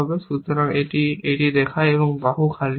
সুতরাং এইভাবে এটি দেখায় এবং বাহু খালি হবে